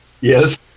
Yes